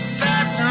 fat